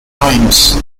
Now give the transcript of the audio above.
times